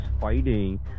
fighting